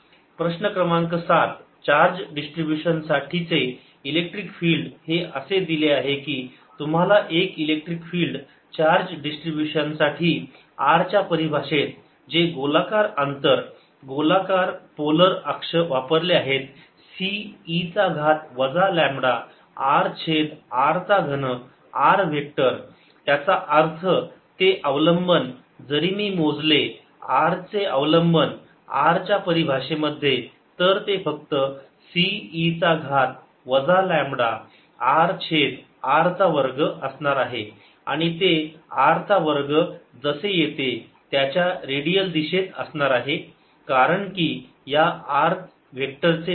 2αxxβyy 3γzz0 2αβ 3γ0 36 20 प्रश्न क्रमांक सात चार्ज डिस्ट्रीब्यूशन साठीचे इलेक्ट्रिक फील्ड हे असे दिले आहे की तुम्हाला एक इलेक्ट्रिक फिल्ड चार्ज डिस्ट्रीब्यूशन साठी r च्या परिभाषेत जे गोलाकार अंतर गोलाकार पोलर अक्ष वापरले आहे C e चा घात वजा लांबडा r छेद r चा घन r वेक्टर त्याचा अर्थ ते अवलंबन जर मी मोजले r चे अवलंबन r च्या परीभाषेमध्ये तर ते फक्त C e चा घात वजा लांबडा r छेद r चा वर्ग असणार आहे आणि ते r चा वर्ग जसे येते त्याच्या रेडियल दिशेत असणार आहे कारण की या r वेक्टर चे मॅग्निट्युड r आहे